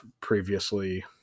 previously